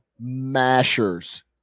mashers